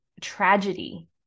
tragedy